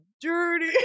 dirty